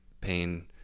pain